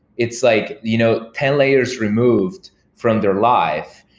it's like you know ten layers removed from their life.